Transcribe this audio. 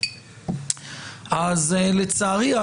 אז לצערי,